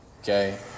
okay